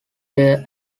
their